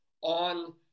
on